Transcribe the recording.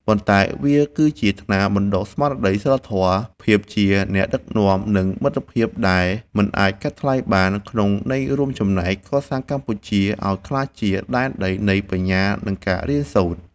ប៉ុន្តែវាគឺជាថ្នាលបណ្តុះស្មារតីសីលធម៌ ភាពជាអ្នកដឹកនាំ និងមិត្តភាពដែលមិនអាចកាត់ថ្លៃបាន ក្នុងន័យរួមចំណែកកសាងកម្ពុជាឱ្យក្លាយជា ដែនដីនៃបញ្ញា និងការរៀនសូត្រ។